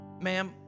Ma'am